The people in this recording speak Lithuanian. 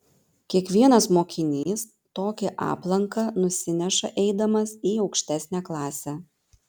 kiekvienas mokinys tokį aplanką nusineša eidamas į aukštesnę klasę